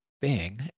Bing